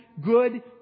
good